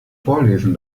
vorlesen